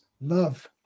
love